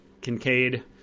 Kincaid